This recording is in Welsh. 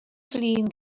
flin